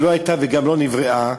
שלא הייתה וגם לא נבראה,